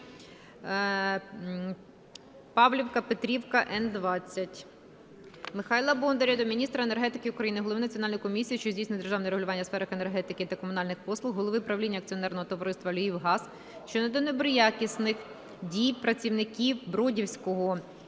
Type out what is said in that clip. Павлівка – Петрівка – /Н-20/. Михайла Бондаря до міністра енергетики України, голови Національної комісії, що здійснює державне регулювання у сферах енергетики та комунальних послуг, голови правління Акціонерного товариства "Львівгаз" щодо недобросовісних дій працівників Бродівського УЕГГ у